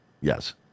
yes